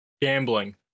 gambling